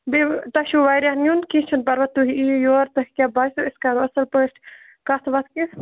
بیٚیہِ تۄہہِ چھُو واریاہ نیُن کیٚنہہ چھُنہٕ پرواے تُہۍ یِیِو یور توہہِ کیٛاہ باسہِ أسۍ کَرو اصٕل پٲٹھۍ کَتھ وَتھ کہِ